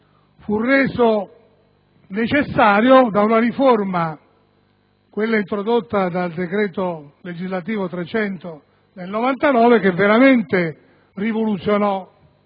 fu reso necessario da una riforma, introdotta con il decreto legislativo n. 300 del 1999, che veramente rivoluzionò